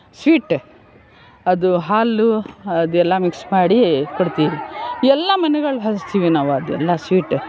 sweet ಅದು ಹಾಲು ಅದೆಲ್ಲ ಮಿಕ್ಸ್ ಮಾಡಿ ಕೊಡ್ತೀವಿ ಎಲ್ಲ ಮನೆಗಳು ಹಂಚ್ತೀವಿ ಅದೆಲ್ಲ ಸ್ವೀಟ್